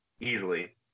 easily